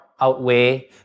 outweigh